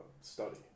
study